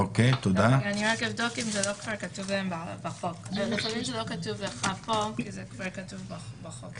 יכול להיות שזה לא כתוב פה, כי זה כבר כתוב בחוק.